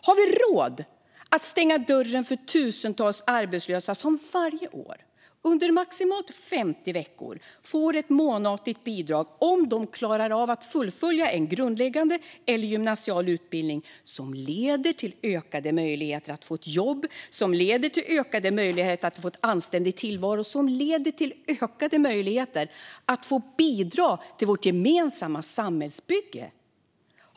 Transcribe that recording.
Har vi råd att stänga dörren för tusentals arbetslösa som varje år, under maximalt 50 veckor, får ett månatligt bidrag om de klarar av att fullfölja en grundläggande eller gymnasial utbildning som leder till ökade möjligheter att få ett jobb, att få en anständig tillvaro och ökade möjligheter att få bidra till vårt gemensamma samhällsbygge?